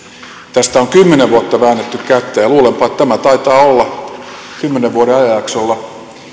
tästä on kymmenen vuotta väännetty kättä ja luulenpa että tämä taitaa olla kymmenen vuoden ajanjaksolla